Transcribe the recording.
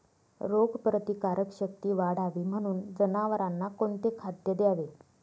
रोगप्रतिकारक शक्ती वाढावी म्हणून जनावरांना कोणते खाद्य द्यावे?